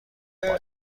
کنیم